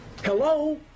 Hello